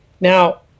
Now